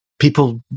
people